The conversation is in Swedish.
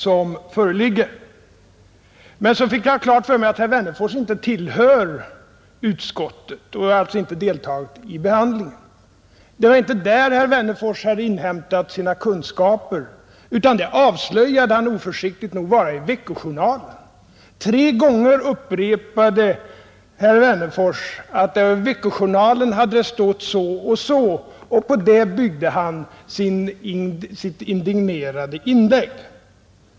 Så fick jag klart för mig att herr Wennerfors inte tillhör utskottet och alltså inte har deltagit vid behandlingen av ärendet. Det var inte där herr Wennerfors hade inhämtat sina kunskaper, utan det avslöjade han oförsiktigt nog vara i Vecko Journalen. Tre gånger upprepade herr Wennerfors att i Vecko Journalen hade det stått så och så, och på det byggde han sitt indignerade inlägg.